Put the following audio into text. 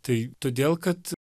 tai todėl kad